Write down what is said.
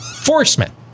Enforcement